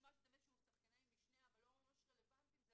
נשמע שאתם שחקני משנה אבל לא ממש רלוונטיים.